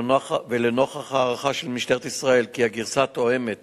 ולנוכח הערכה של משטרת ישראל כי הגרסה התואמת